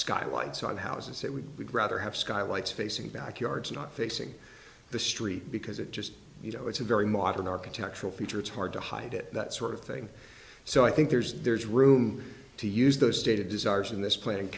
side houses that we would rather have skylights facing backyards not facing the street because it just you know it's a very modern architectural feature it's hard to hide it that sort of thing so i think there's there's room to use those stated desires in this plan and